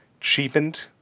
cheapened